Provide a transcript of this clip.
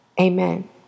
Amen